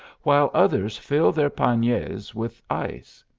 while others fill their panniers with ice.